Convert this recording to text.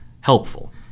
helpful